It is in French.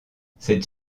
cette